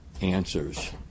answers